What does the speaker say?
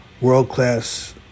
world-class